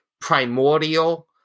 primordial